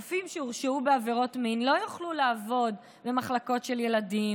רופאים שהורשעו בעבירות מין לא יוכלו לעבוד במחלקות של ילדים,